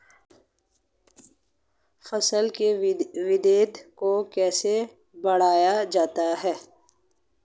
फसल की वृद्धि को कैसे बढ़ाया जाता हैं?